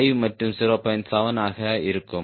7 ஆக இருக்கும்